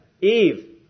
Eve